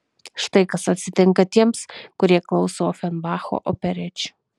štai kas atsitinka tiems kurie klauso ofenbacho operečių